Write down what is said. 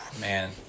Man